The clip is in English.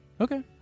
Okay